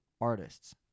artists